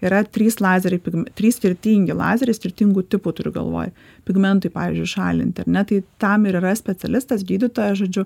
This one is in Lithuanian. yra trys lazeriai trys skirtingi lazeriai skirtingų tipų turiu galvoj pigmentui pavyzdžiui šalint ar ne tai tam ir yra specialistas gydytojas žodžiu